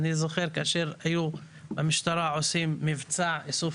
אני זוכר כאשר המשטרה הייתה עושה מבצע איסוף